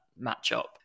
matchup